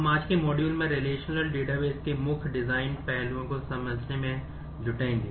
हम आज के मॉड्यूल में रिलेशनल में सीखेंगे